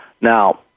now